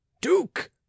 duke